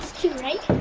two right?